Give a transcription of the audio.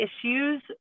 issues